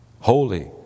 holy